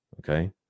okay